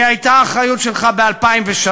היא הייתה האחריות שלך ב-2003,